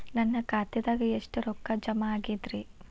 ನನ್ನ ಖಾತೆದಾಗ ಎಷ್ಟ ರೊಕ್ಕಾ ಜಮಾ ಆಗೇದ್ರಿ?